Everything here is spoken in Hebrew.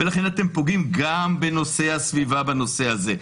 ולכן אתם פוגעים גם בנושא הסביבה בנושא הזה.